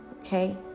okay